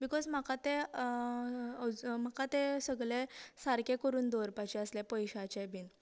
because म्हा ते म्हाका ते सगले सारके करून दवरपाते आसले पयश्याचे बीन